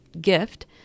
gift